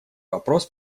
вопрос